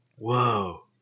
Whoa